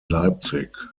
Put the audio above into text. leipzig